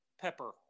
Pepper